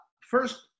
first